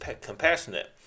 compassionate